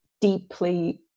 deeply